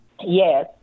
Yes